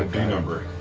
ah d number?